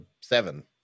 seven